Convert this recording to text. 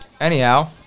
Anyhow